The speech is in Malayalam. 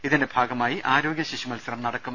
ഇതിന്റെ ഭാഗമായി ആരോഗ്യ ശിശു മത്സരം നടക്കും